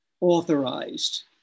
authorized